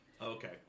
Okay